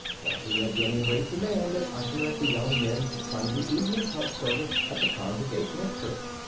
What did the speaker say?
but he had been in great demand as usher at the young men's sunday evening club service at the congregational church,